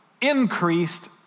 increased